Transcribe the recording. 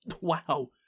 Wow